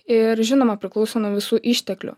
ir žinoma priklauso nuo visų išteklių